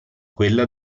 quella